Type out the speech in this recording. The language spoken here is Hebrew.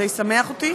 זה ישמח אותי.